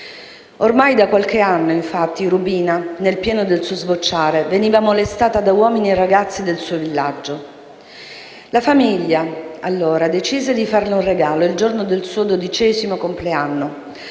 Ormai da qualche anno, infatti, Rubina, nel pieno del suo sbocciare, veniva molestata da uomini e ragazzi del suo villaggio. La famiglia, allora, decise di farle un regalo il giorno del suo dodicesimo compleanno: